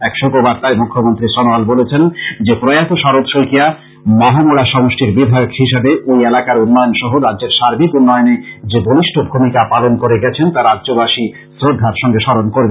এক শোক বার্তায় মুখ্যমন্ত্রী সনোয়াল বলেছেন যে প্রয়াত শরৎ শইকীয়া মাহমরা সমষ্টির বিধায়ক হিসেবে ওই এলাকার উন্নয়ন সহ রাজ্যের সার্বিক উন্নয়নে যে বলিষ্ঠ ভূমিকা পালন করে গেছেন তা রাজ্যবাসী শ্রদ্ধার সঙ্গে স্মরণ করবে